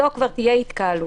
זאת כבר תהיה התקהלות.